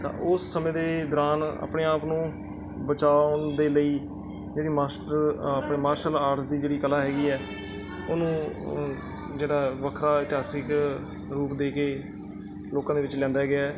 ਤਾਂ ਉਸ ਸਮੇਂ ਦੇ ਦੌਰਾਨ ਆਪਣੇ ਆਪ ਨੂੰ ਬਚਾਉਣ ਦੇ ਲਈ ਜਿਹੜੀ ਮਾਸਟਰ ਆਪਣੇ ਮਾਰਸ਼ਲ ਆਰਟਸ ਦੀ ਜਿਹੜੀ ਕਲਾ ਹੈਗੀ ਹੈ ਉਹਨੂੰ ਜਿਹੜਾ ਵੱਖਰਾ ਇਤਿਹਾਸਿਕ ਰੂਪ ਦੇ ਕੇ ਲੋਕਾਂ ਦੇ ਵਿੱਚ ਲਿਆਉਂਦਾ ਗਿਆ